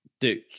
duke